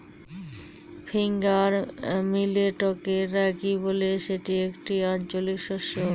finger মিলেটকে রাগি বলে যেটি একটি আঞ্চলিক শস্য